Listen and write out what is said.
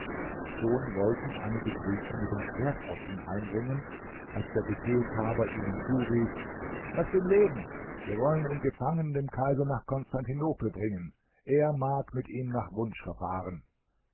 schon wollten einige griechen mit dem schwert auf ihn eindringen als der befehlshaber ihnen zurief laßt ihn leben wir wollen ihn gefangen dem kaiser nach konstantinopel bringen er mag mit ihm nach wunsch verfahren